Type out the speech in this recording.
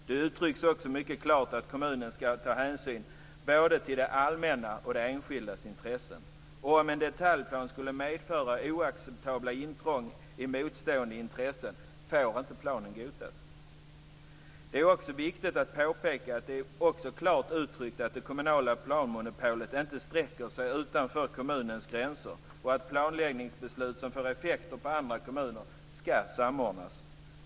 Det uttrycks också mycket klart att kommunen skall ta hänsyn till både det allmännas och det enskildas intressen, och om en detaljplan skulle medföra oacceptabla intrång i motstående intressen får inte planen godtas. Det är också klart uttryckt, vilket är viktigt att påpeka, att det kommunala planmonopolet inte sträcker sig utanför kommunens gränser och att planläggningsbeslut som får effekter på andra kommuner skall samordnas.